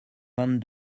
vingt